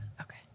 Okay